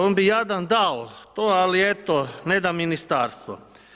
On bi jadan dao to, ali eto, ne da Ministarstvo.